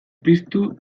piztu